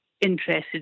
interested